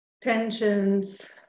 tensions